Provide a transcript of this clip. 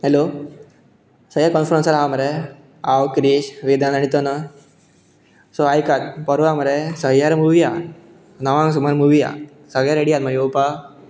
hello सगले कॉन्फरन्सार आसा मरे हांव क्रियेश वेदान आनी तनय सो आयकात परवां मरे सैय्यारा मुवी आसा णवांक सुमार मुवी आसा सगळे रेडी आसात मरे येवपाक